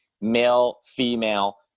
male-female